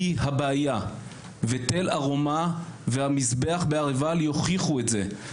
היא הבעיה ותל ארומה והמזבח בהר עיבל יוכיחו את זה.